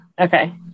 Okay